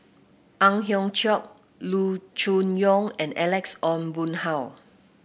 Ang Hiong Chiok Loo Choon Yong and Alex Ong Boon Hau